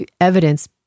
evidence